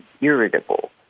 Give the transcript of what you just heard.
irritable